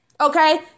Okay